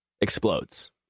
explodes